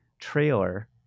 trailer